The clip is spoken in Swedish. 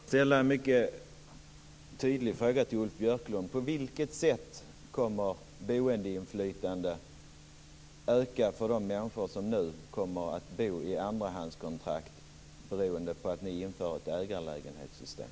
Fru talman! Jag vill ställa en mycket tydlig fråga till Ulf Björklund. På vilket sätt kommer boendeinflytandet att öka för de människor som nu kommer att bo i lägenheter med andrahandskontrakt, beroende på att ni inför ett ägarlägenhetssystem?